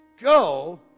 Go